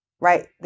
right